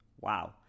Wow